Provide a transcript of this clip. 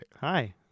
Hi